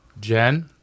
Jen